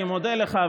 אני מודה לך,